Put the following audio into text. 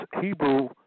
Hebrew